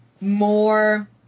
more